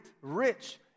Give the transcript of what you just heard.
rich